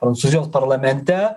prancūzijos parlamente